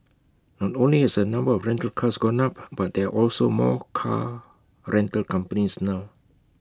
not only has the number of rental cars gone up but there are also more car rental companies now